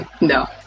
No